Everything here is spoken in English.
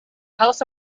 house